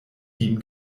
team